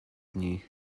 dni